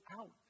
out